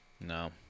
No